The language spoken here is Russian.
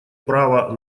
права